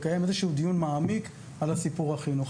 לקיים דיון מעמיק על הסיפור החינוכי.